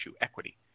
equity